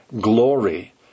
glory